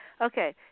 Okay